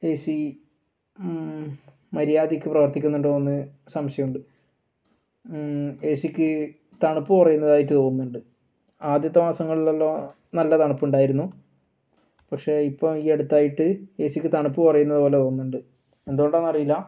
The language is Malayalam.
എ സി മര്യാദക്ക് പ്രവർത്തിക്കുന്നുണ്ടോന്ന് സംശയം ഉണ്ട് എ സിക്ക് തണുപ്പ് കൊറയുന്നതായിട്ട് തോന്നുന്നുണ്ട് ആദ്യത്തെ മാസങ്ങളിലെല്ലാം നല്ല തണുപ്പുണ്ടായിരുന്നു പക്ഷേ ഇപ്പോൾ ഈ അടുത്തായിട്ട് ഏ സിക്ക് തണുപ്പ് കുറയുന്നതു പോലെ തോന്നുന്നുണ്ട് എന്തുകൊണ്ടാന്നറിയില്ല